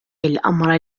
الأمر